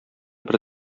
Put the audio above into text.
бер